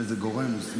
מאיזה גורם מוסמך?